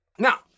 Now